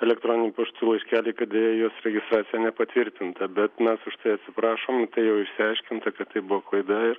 elektroniniu paštu laiškelį kad deja jos registracija nepatvirtinta bet mes už tai atsiprašom tai jau išsiaiškinta kad tai buvo klaida ir